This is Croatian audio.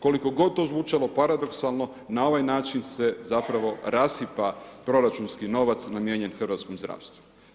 Koliko god to zvučalo paradoksalno na ovaj način se zapravo rasipa proračunski novac namijenjen hrvatskom zdravstvu.